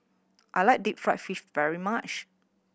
I like deep fried fish very much